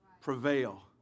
prevail